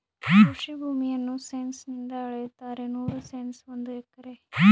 ಕೃಷಿ ಭೂಮಿಯನ್ನು ಸೆಂಟ್ಸ್ ನಿಂದ ಅಳೆಯುತ್ತಾರೆ ನೂರು ಸೆಂಟ್ಸ್ ಒಂದು ಎಕರೆ